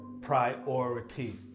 priority